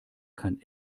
kann